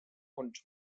und